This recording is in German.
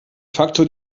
facto